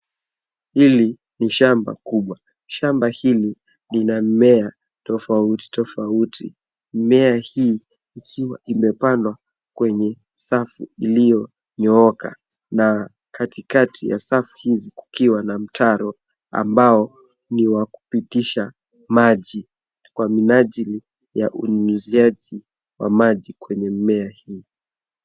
Hili ni shamba kubwa. Shamba hili lina mimea tofauti, tofauti. Mimea hii ikiwa imepandwa kwenye safu iliyonyooka na katikati ya safu hizi kukiwa na mtaro ambao ni wa kupitisha maji kwa minajili ya unyunyiziaji wa maji kwenye mimea hii.